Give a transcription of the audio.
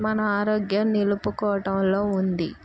మన ఆరోగ్యం నిలుపుకోవటంలో ఉంది